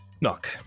Knock